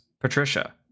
Patricia